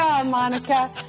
monica